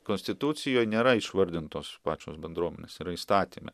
konstitucijoj nėra išvardintos pačios bendruomenės yra įstatyme